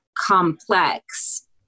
complex